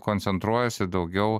koncentruojasi daugiau